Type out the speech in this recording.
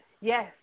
Yes